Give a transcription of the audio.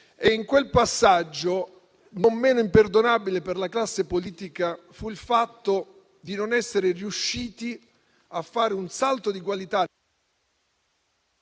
In quel passaggio, non meno imperdonabile per la classe politica fu il fatto di non essere riuscita a fare un salto di qualità,